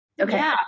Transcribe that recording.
Okay